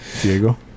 diego